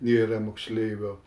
nėra moksleivio